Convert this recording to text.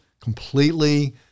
completely